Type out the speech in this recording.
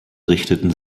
richteten